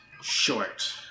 short